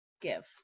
give